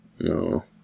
No